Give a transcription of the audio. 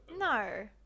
no